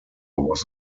was